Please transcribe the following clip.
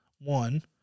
One